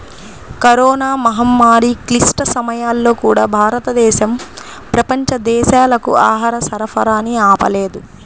corona మహమ్మారి క్లిష్ట సమయాల్లో కూడా, భారతదేశం ప్రపంచ దేశాలకు ఆహార సరఫరాని ఆపలేదు